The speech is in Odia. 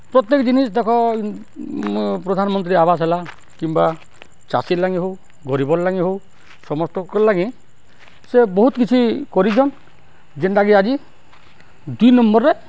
ପ୍ରତ୍ୟେକ୍ ଜିନିଷ୍ ଦେଖ ପ୍ରଧାନମନ୍ତ୍ରୀ ଆବାସ୍ ହେଲା କିମ୍ବା ଚାଷୀଲାଗି ହଉ ଗରିବ୍ର ଲାଗି ହଉ ସମସ୍ତଙ୍କର୍ଲାଗି ସେ ବହୁତ୍ କିଛି କରିଚନ୍ ଯେନ୍ଟାକି ଆଜି ଦୁଇ ନମ୍ବର୍ରେ